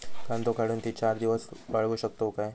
कांदो काढुन ती चार दिवस वाळऊ शकतव काय?